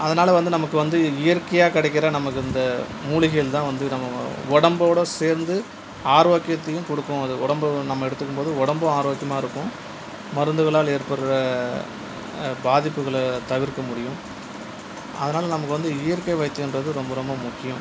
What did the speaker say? அதனால் வந்து நமக்கு வந்து இயற்கையாக கிடைக்கிற நமக்கு இந்த மூலிகைகள் தான் வந்து நம்ம உடம்போடு சேர்ந்து ஆரோக்கியத்தையும் கொடுக்கும் அது உடம்பு நம்ம எடுத்துக்கும் போது உடம்பும் ஆரோக்கியமாக இருக்கும் மருந்துகளால் ஏற்படுகிற பாதிப்புகளை தவிர்க்க முடியும் அதனால் நமக்கு வந்து இயற்கை வைத்தியம்கிறது ரொம்ப ரொம்ப முக்கியம்